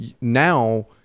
now